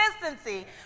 consistency